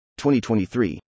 2023